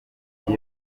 migi